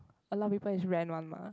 a lot of people is rent one mah